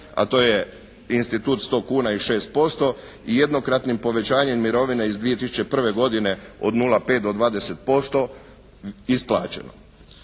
a to je institut 100 kuna i 6% jednokratnim povećanjem mirovine iz 2001. godine od 0,5 do 20% isplaćeno.